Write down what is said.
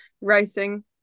racing